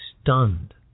stunned